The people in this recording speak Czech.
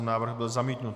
Návrh byl zamítnut.